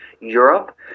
Europe